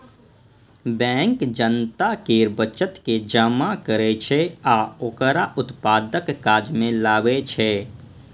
bank जनता केर बचत के जमा करै छै आ ओकरा उत्पादक काज मे लगबै छै